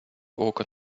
око